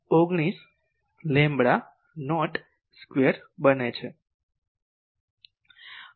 119 lambda naught square બને છે